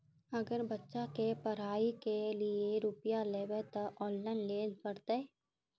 अगर बच्चा के पढ़ाई के लिये रुपया लेबे ते ऑनलाइन लेल पड़ते?